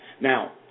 Now